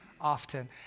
often